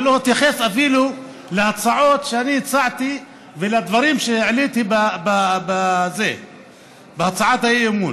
ולא התייחס אפילו להצעות שאני הצעתי ולדברים שהעליתי בהצעת האי-אמון.